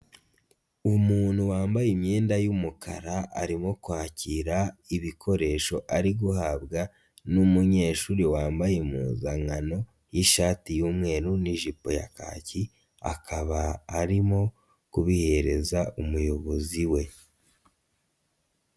Umuntu wambaye imyenda y'umukara arimo kwakira ibikoresho ari guhabwa n'umunyeshuri wambaye impuzankano y'ishati y'umweru n'ijipo ya kaki, akaba arimo kubihereza umuyobozi we.